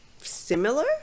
similar